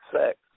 sex